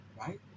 Right